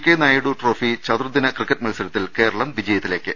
K Naidu trophy ചതുർദിന cricket മത്സരത്തിൽ കേരളം വിജയത്തിലേക്ക്